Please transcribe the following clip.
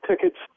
tickets